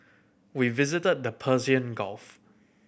we visited the Persian Gulf